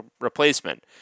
replacement